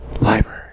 library